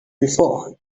before